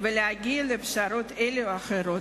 ולהגיע לפשרות כאלה או אחרות.